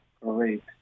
Great